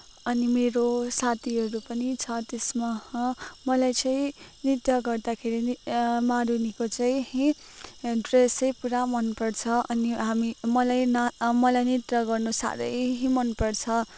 अनि मेरो साथीहरू पनि छ त्यसमा मलाई चाहिँ नृत्य गर्दाखेरि नि मारुनीको चाहिँ ड्रेसै पुरा मनपर्छ अनि हामी मलाई ना मलाई नृत्य गर्नु साह्रै मनपर्छ